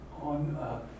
on